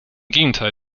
gegenteil